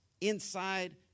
inside